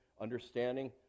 understanding